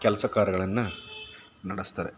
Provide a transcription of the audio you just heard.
ಕೆಲಸ ಕಾರ್ಯಗಳನ್ನು ನಡೆಸ್ತಾರೆ